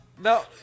No